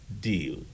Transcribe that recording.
deal